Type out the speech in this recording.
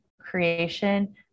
creation